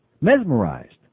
Mesmerized